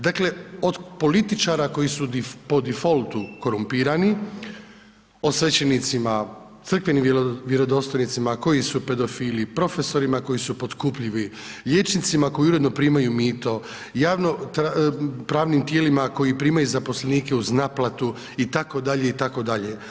Dakle, od političara, koji su po defoltu korumpirani, o svećenicima, crkvenim vjerodostojnicama koji su pedofili, profesori koji su potkupljivi, liječnicima, koji uredno primaju mito, javno pravnim tijelima, koji primaju zaposlenika uz naplatu itd. itd.